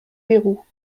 verrous